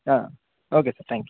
okay sir thank you